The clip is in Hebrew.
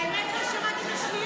באמת לא שמעתי את השנייה.